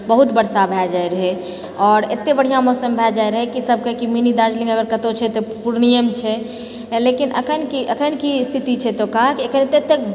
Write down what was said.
बहुत वर्षा भए जाए रहैए आओर एते बढ़िआँ मौसम भए जाए रहैए कि सब कहै कि मिनी दार्जलिङ्ग अगर कतहुँ छै तऽ पूर्णियेंमे छै लेकिन अखनि कि अखनि कि स्थितिछै एतुका कि अखनि एतेक